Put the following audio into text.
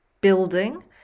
building